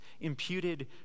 imputed